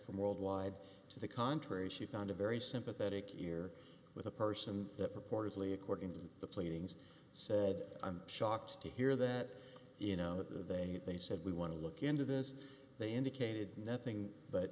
from worldwide to the contrary she found a very sympathetic ear with a person that purportedly according to the pleadings said i'm shocked to hear that you know they they said we want to look into this they indicated nothing but